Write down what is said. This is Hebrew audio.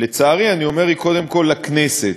לצערי אני אומר, היא קודם כל לכנסת,